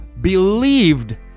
believed